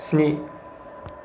स्नि